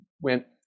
went